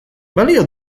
balio